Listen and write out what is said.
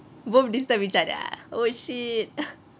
both disturb each other ah oh shit